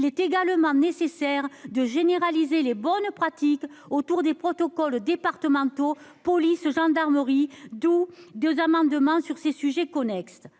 il est également nécessaire de généraliser les bonnes pratiques autour des protocoles départementaux, police, gendarmerie, d'où 2 amendements sur ces sujets connexes